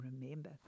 remember